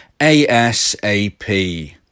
ASAP